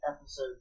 episode